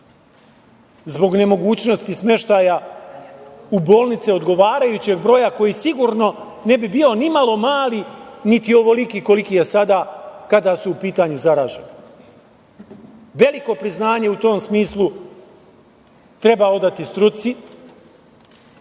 zbog nemogućnosti smeštaja u bolnice odgovarajućeg broja, koji sigurno ne bi bio nimalo mali, niti ovoliki koliki je sada, kada su u pitanju zaraženi. Veliko priznanje u tom smislu treba odati struci